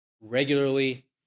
regularly